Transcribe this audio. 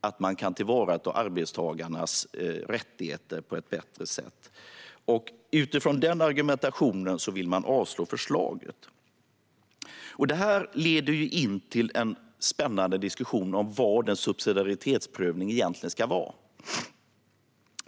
att det går att tillvarata arbetstagarnas rättigheter på ett bättre sätt, och utifrån den argumentationen vill man avslå förslaget. Det här leder in till en spännande diskussion om vad en subsidiaritetsprövning egentligen ska vara.